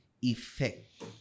effect